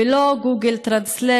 ולא google translate,